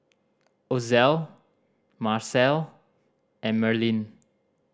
Ozell Macel and Merlyn